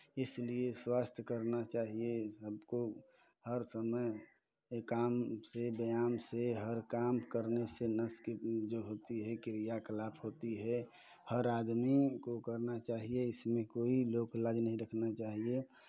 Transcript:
इसलिये स्वास्थ्य करना चाहिये सबको हर समय काम से व्यायाम से हर काम करने से नस की जो है क्रिया कलाप होती है हर आदमी को करना चाहिये इसमे कोई लोक लाज नहीं रखना चाहिये